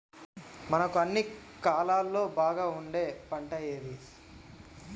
మనకు అన్ని కాలాల్లో బాగా పండే పంట ఏది?